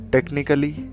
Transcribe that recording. Technically